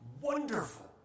wonderful